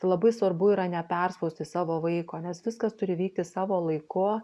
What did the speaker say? labai svarbu yra neperspausti savo vaiko nes viskas turi vykti savo laiku